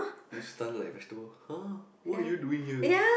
you stun like vegetable !huh! what are you doing here